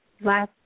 last